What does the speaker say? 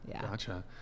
Gotcha